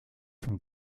from